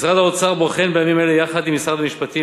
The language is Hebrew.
משרד האוצר בוחן בימים האלה יחד עם משרד המשפטים